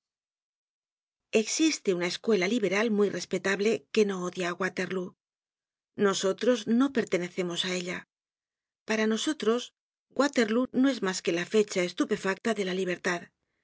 existe una escuela liberal muy respetable que no odia á waterlóo nosotros no pertenecemos á ella para nosotros waterlóo no es mas que la fecha estupefacta de la libertad